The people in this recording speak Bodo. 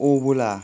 अब्ला